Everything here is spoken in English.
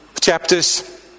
chapters